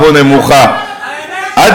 והוא יגיב.